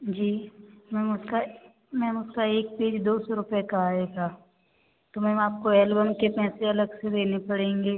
जी ma'am उसका ma'am उसका एक पेज दो सौ रुपये का आएगा तो मैम आपको एल्बम के पैसे अलग से देने पड़ेंगे